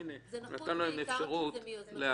הינה, נתנו להם אפשרות להגיב.